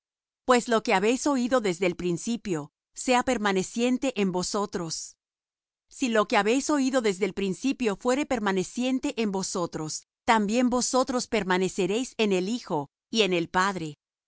pues lo que habéis oído desde el principio sea permaneciente en vosotros si lo que habéis oído desde el principio fuere permaneciente en vosotros también vosotros permaneceréis en el hijo y en el padre